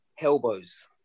elbows